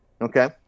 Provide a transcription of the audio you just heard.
Okay